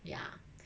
ya